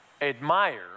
Admire